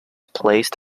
placed